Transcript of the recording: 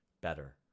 better